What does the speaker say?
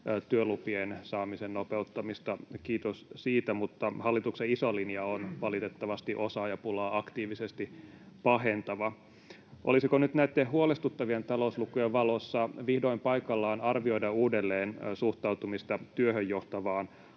työlupien saamisen nopeuttamista — kiitos siitä — mutta hallituksen iso linja on valitettavasti osaajapulaa aktiivisesti pahentava. Olisiko nyt näitten huolestuttavien talouslukujen valossa vihdoin paikallaan arvioida uudelleen suhtautumista työhön johtavaan